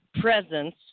presence